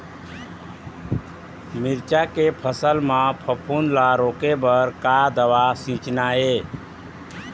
मिरचा के फसल म फफूंद ला रोके बर का दवा सींचना ये?